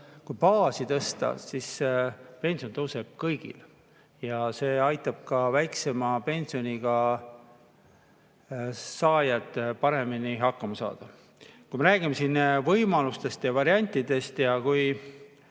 Kui baasi tõsta, siis pension tõuseb kõigil ja see aitab ka väiksema pensioni saajatel paremini hakkama saada. Kui me räägime siin võimalustest ja variantidest ja kui